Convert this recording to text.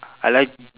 I like